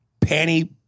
panty